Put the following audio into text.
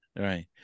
Right